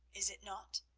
is it not?